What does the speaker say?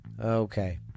Okay